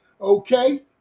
Okay